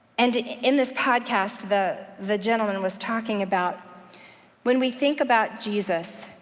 and in this podcast the the gentleman was talking about when we think about jesus,